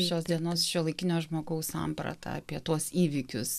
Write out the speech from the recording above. šios dienos šiuolaikinio žmogaus sampratą apie tuos įvykius